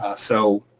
so